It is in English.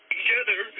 together